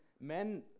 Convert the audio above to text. men